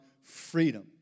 freedom